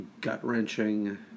gut-wrenching